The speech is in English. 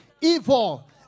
Evil